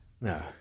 No